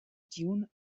dune